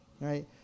right